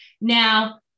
now